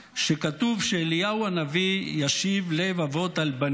שכתוב שאליהו הנביא ישיב לב אבות על בנים,